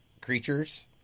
creatures